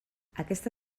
aquesta